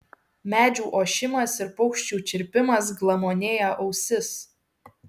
medžių ošimas ir paukščių čirpimas glamonėja ausis